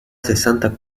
sessanta